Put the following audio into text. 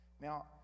Now